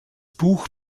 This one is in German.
buch